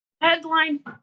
headline